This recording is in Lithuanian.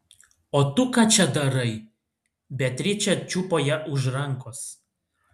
o tu ką čia darai beatričė čiupo ją už rankos